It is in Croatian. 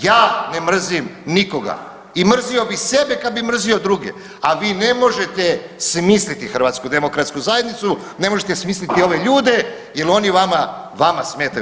Ja ne mrzim nikoga i mrzio bi sebe kad bi mrzio druge, a vi ne možete smisliti HDZ, ne možete smisliti ove ljude jel oni vama, vama smetaju.